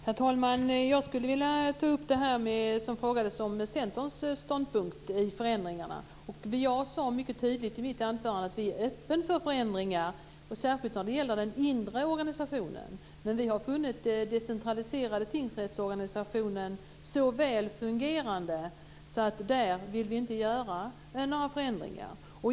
Herr talman! Jag skulle vilja ta upp frågan om Centerpartiets ståndpunkt i förändringarna. Jag sade mycket tydligt i mitt anförande att vi är mycket öppna för förändringar, särskilt vad gäller den inre organisationen. Men vi har funnit den decentraliserade tingsrättsorganisationen så väl fungerande att vi där inte vill göra några förändringar.